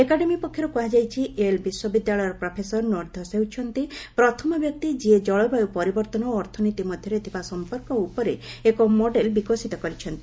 academy ପକ୍ଷରୁ କୁହାଯାଇଛି Yale ବିଶ୍ୱବିଦ୍ୟାଳୟର ପ୍ରଫେସର ନୋର୍ଧସ୍ ହେଉଛନ୍ତି ପ୍ରଥମ ବ୍ୟକ୍ତି ଯିଏ ଜଳବାୟୁ ପରିବର୍ତ୍ତନ ଓ ଅର୍ଥନୀତି ମଧ୍ୟରେ ଥିବା ସମ୍ପର୍କ ଉପରେ ଏକ ମଡେଲ୍ ବିକଶିତ କରିଛନ୍ତି